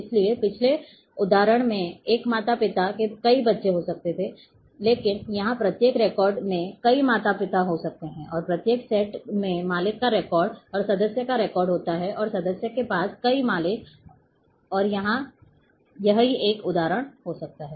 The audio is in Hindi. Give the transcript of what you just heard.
इसलिए पिछले उदाहरण में एक माता पिता के कई बच्चे हो सकते हैं लेकिन यहां प्रत्येक रिकॉर्ड में कई माता पिता हो सकते हैं और प्रत्येक सेट में मालिक का रिकॉर्ड और सदस्य का रिकॉर्ड होता है और सदस्य के पास कई मालिक और यह एक ही उदाहरण हो सकता है